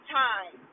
time